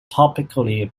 topically